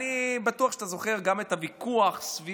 אני בטוח שאתה זוכר גם את הוויכוח סביב